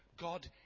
God